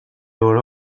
were